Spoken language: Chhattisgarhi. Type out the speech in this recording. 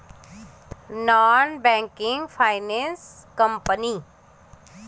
एन.बी.एफ.सी के मतलब का होथे?